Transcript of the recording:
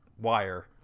Wire